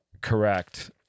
correct